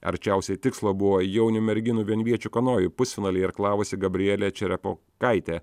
arčiausia tikslo buvo jaunių merginų vienviečių kanojų pusfinalyje irklavusi gabrielė čerepokaitė